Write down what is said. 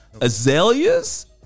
Azaleas